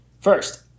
first